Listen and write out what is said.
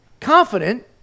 confident